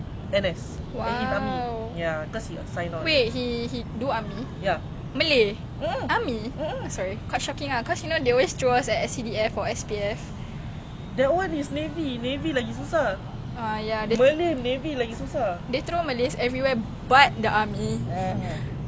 then he like at least you got there ya so sorry ah I quite shocked ah but alhamdulillah at least he got there I mean macam token you got hear that before the token malay like what were we talking about again